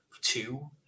two